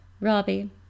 Robbie